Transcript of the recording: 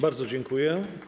Bardzo dziękuję.